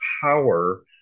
power